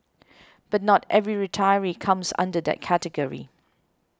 but not every retiree comes under that category